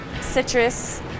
Citrus